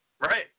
Right